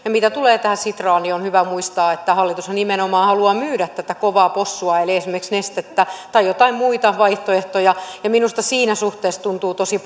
menoja mitä tulee tähän sitraan on hyvä muistaa että hallitushan nimenomaan haluaa myydä tätä kovaa possua eli esimerkiksi nestettä tai joitain muita vaihtoehtoja ja minusta siinä suhteessa tuntuu tosi